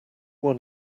one